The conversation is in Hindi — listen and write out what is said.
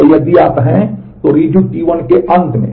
तो यदि आप हैं तो Redo T1 के अंत में